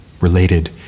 Related